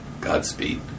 Godspeed